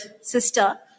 sister